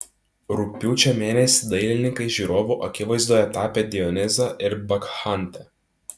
rugpjūčio mėnesį dailininkai žiūrovų akivaizdoje tapė dionizą ir bakchantę